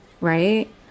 Right